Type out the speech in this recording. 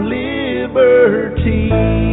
liberty